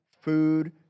food